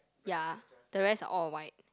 ya the rest are all white